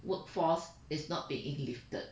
workforce is not being lifted